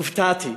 הופתעתי.